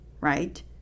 right